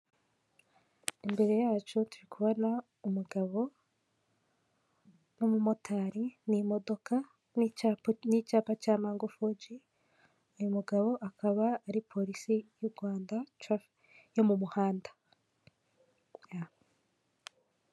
Uyu n’umuhanda wo mu bwoko bwa kaburimbo usize amabara y'umukara n'uturongo tw'umweru, kuhande hari ubusitani bwiza burimo ibiti birebire bitanga umuyaga n'amahumbezi ku binyabiziga bihanyura byose.